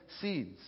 seeds